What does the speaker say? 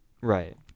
Right